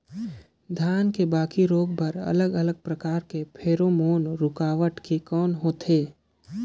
धान के बाकी रोग बर अलग अलग प्रकार के फेरोमोन रूकावट के कौन होथे?